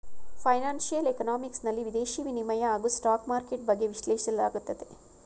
financial economics ನಲ್ಲಿ ವಿದೇಶಿ ವಿನಿಮಯ ಹಾಗೂ ಸ್ಟಾಕ್ ಮಾರ್ಕೆಟ್ ಬಗ್ಗೆ ವಿಶ್ಲೇಷಿಸಲಾಗುತ್ತದೆ